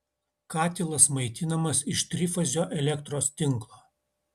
katilas maitinamas iš trifazio elektros tinklo